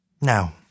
Now